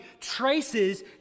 traces